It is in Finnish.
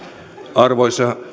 arvoisa